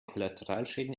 kollateralschäden